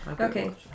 Okay